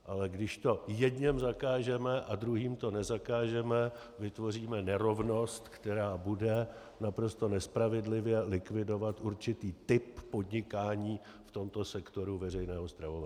Ale když to jedněm zakážeme a druhým nezakážeme, vytvoříme nerovnost, která bude naprosto nespravedlivě likvidovat určitý typ podnikání v tomto sektoru veřejného stravování.